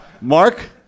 Mark